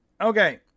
Okay